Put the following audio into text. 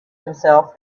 himself